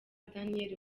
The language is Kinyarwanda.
daniel